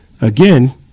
Again